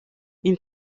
une